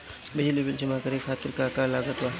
बिजली बिल जमा करे खातिर का का लागत बा?